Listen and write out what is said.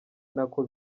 nako